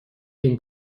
این